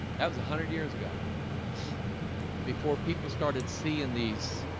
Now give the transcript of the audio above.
that was a hundred years ago before people started seeing these